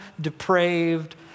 depraved